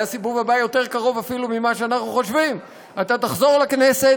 אולי הסיבוב הבא יותר קרוב אפילו ממה שאנחנו חושבים אתה תחזור לכנסת